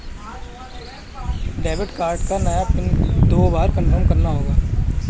debit card का नया PIN दो बार कन्फर्म करना होगा